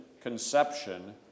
conception